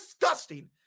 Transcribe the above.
disgusting